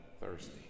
thirsty